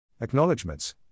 Acknowledgements